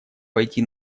пойти